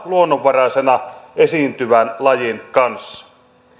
luonnonvaraisena esiintyvän lajin kanssa